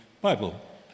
Bible